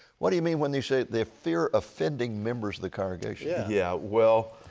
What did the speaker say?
what do you mean when you say they fear offending members of the congregation? yeah, yeah well,